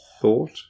thought